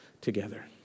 together